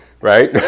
right